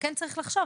וכן צריך לחשוב,